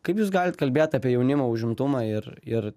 kaip jūs galit kalbėt apie jaunimo užimtumą ir ir